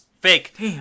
Fake